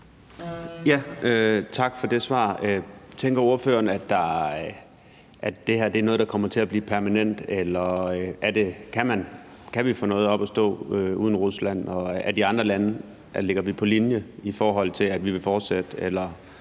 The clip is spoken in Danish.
Tak for det svar. Tænker ordføreren, at det her er noget, der kommer til at blive permanent? Eller kan vi få noget op at stå uden Rusland? Og ligger vi på linje med de andre lande, i forhold til at vi vil fortsætte?